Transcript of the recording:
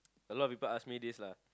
a lot people ask me this lah